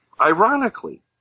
Ironically